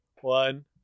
one